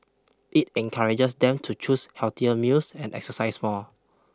it encourages them to choose healthier meals and exercise more